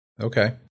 Okay